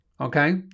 okay